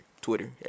Twitter